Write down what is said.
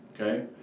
Okay